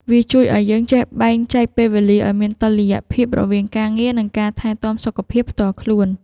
វាជួយឱ្យយើងចេះបែងចែកពេលវេលាឱ្យមានតុល្យភាពរវាងការងារ និងការថែទាំសុខភាពផ្ទាល់ខ្លួន។